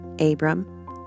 Abram